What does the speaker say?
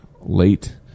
late